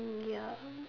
mm ya